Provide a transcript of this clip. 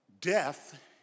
death